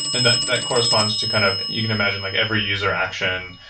and that that corresponds to kind of you can imagine, like every user action.